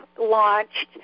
launched